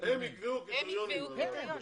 יקבעו קריטריונים.